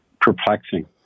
perplexing